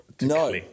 no